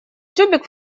тюбик